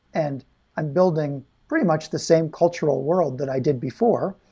and i'm building pretty much the same cultural world that i did before.